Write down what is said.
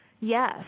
Yes